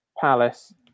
Palace